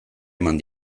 eman